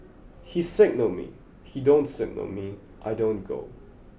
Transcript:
he signal me he don't signal me I don't go